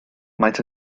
maent